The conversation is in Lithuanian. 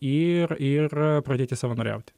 ir ir pradėti savanoriauti